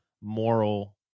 moral